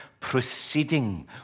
Proceeding